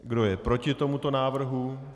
Kdo je proti tomuto návrhu?